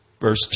verse